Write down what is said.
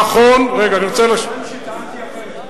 לא נטען שטענתי אחרת.